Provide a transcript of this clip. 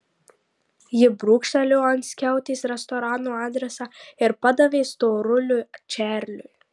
ji brūkštelėjo ant skiautės restorano adresą ir padavė storuliui čarliui